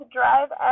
drive